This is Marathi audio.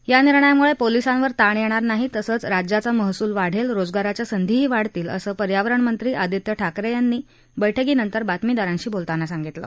या निर्णयामुळे पोलिसांवर ताण येणार नाही तसंच राज्याचा महसूल वाढेल रोजगाराच्या संधीही वाढतील असं पर्यावरण मंत्री आदित्य ठाकरे यांनी बैठकीनंतर बातमीदारांशी बोलताना सांगितल